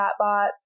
chatbots